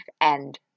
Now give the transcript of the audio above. end